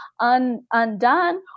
undone